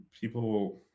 people